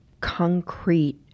concrete